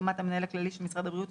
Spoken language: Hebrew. המנהל הכללי של משרד העלייה והקליטה,